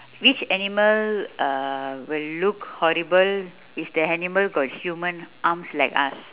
which animal uh will look horrible if the animal got human arms like us